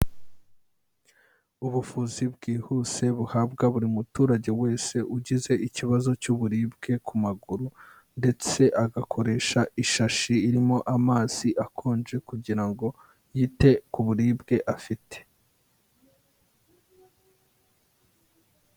Ubuvuzi bwihuse buhabwa buri muturage wese ugize ikibazo cy'uburibwe ku maguru ndetse agakoresha ishashi irimo amazi akonje kugira ngo yite ku buribwe afite.